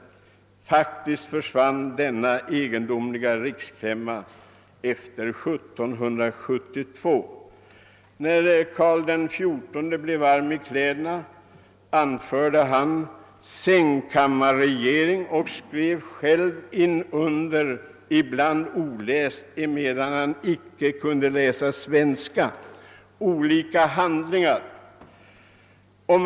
Faktiskt försvann denna egendomliga riksstämpel efter 1772. När Carl XIV blev varm i kläderna, införde han sängkammarregering och skrev själv under, ibland oläst emedan han icke kunde förstå olika handlingar på svenska.